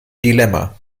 dilemma